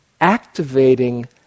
activating